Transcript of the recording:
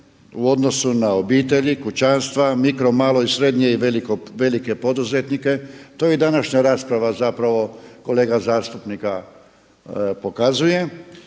u odnosu na obitelji, kućanstva, mikro, malo i srednje i velike poduzetnike. To je i današnja rasprava zapravo kolega zastupnika pokazuje,